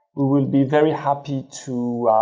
we will be very happy to